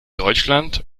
deutschland